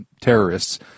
terrorists